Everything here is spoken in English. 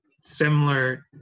similar